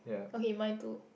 okay mine too